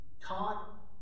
caught